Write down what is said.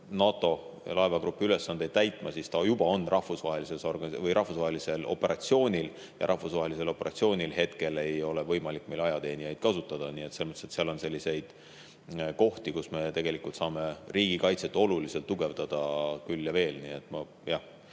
NATO laevagrupi ülesandeid täitma, siis ta on rahvusvahelisel operatsioonil ja rahvusvahelisel operatsioonil ei ole võimalik meil praegu ajateenijaid kasutada. Nii et seal on selliseid kohti, kus me saame riigikaitset oluliselt tugevdada, küll ja veel. Lõpetuseks